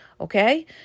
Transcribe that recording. Okay